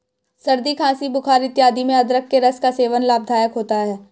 सर्दी खांसी बुखार इत्यादि में अदरक के रस का सेवन लाभदायक होता है